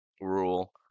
rule